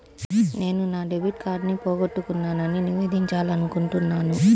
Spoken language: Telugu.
నేను నా డెబిట్ కార్డ్ని పోగొట్టుకున్నాని నివేదించాలనుకుంటున్నాను